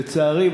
לצערי,